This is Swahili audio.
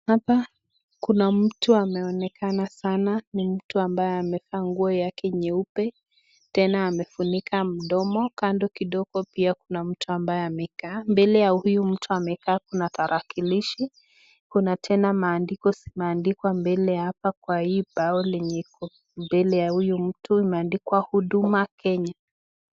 Hapa, kuna mtu ameonekana sana, ni mtu ambaye amevaa nguo yake nyeupe. Tena amefunika mdomo. Kando kidogo pia kuna mtu ambaye amekaa. Mbele ya huyu mtu amekaa kuna tarakilishi. Kuna tena maandiko zimeandikwa mbele ya hapa kwa hii bango lenye liko mbele ya huyu mtu, imeandikwa Huduma Kenya.